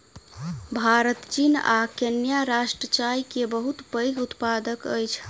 भारत चीन आ केन्या राष्ट्र चाय के बहुत पैघ उत्पादक अछि